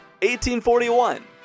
1841